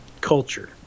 culture